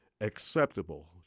acceptable